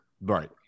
Right